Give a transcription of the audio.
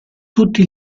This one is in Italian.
tutti